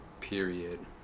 Period